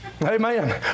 Amen